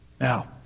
now